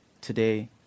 Today